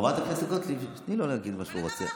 חברת הכנסת גוטליב, תני לו להגיד מה שהוא רוצה.